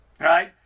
right